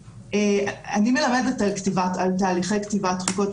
אני מלמדת על תהליכי כתיבת חוקות,